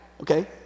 okay